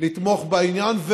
לתמוך בעניין,